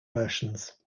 versions